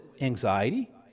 anxiety